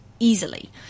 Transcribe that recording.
Easily